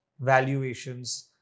valuations